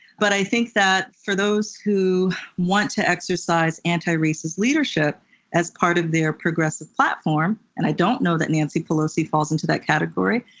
but i think that for those who want to exercise anti-racist leadership as part of their progressive platform, and i don't know that nancy pelosi falls into that category,